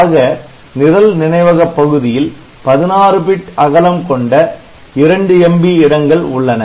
ஆக நிரல் நினைவக பகுதியில் 16 பிட் அகலம் கொண்ட 2MB இடங்கள் உள்ளன